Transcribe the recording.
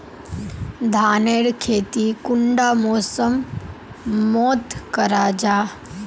धानेर खेती कुंडा मौसम मोत करा जा?